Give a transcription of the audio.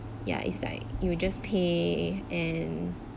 ya it's like you just pay and